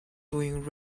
doing